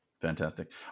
Fantastic